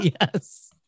Yes